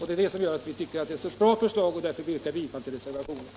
Därför tycker vi att det är ett så bra förslag, och jag yrkar bifall till reservationen.